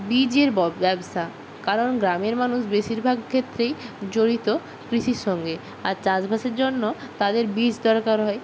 বীজের ব ব্যবসা কারণ গ্রামের মানুষ বেশিরভাগ ক্ষেত্রেই জড়িত কৃষির সঙ্গে আর চাষবাসের জন্য তাদের বীজ দরকার হয়